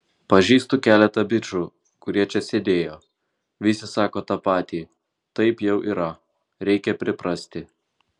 pažįstu keletą bičų kurie čia sėdėjo visi sako tą patį taip jau yra reikia priprasti